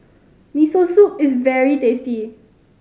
Miso Soup is very tasty